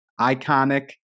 iconic